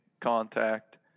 contact